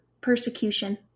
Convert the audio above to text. persecution